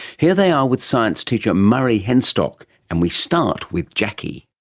here they are with science teacher murray henstock and we start with jackie.